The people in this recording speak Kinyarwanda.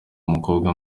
umukobwa